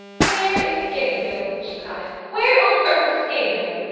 where is gabriel? she cried. where on earth is gabriel?